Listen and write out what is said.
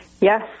Yes